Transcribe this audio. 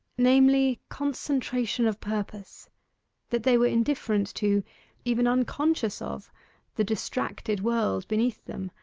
namely, concentration of purpose that they were indifferent to even unconscious of the distracted world beneath them,